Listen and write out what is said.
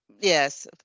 Yes